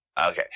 Okay